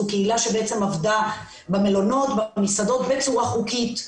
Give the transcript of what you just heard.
זו קהילה שעבדה במלונות ובמסעדות בצורה חוקית,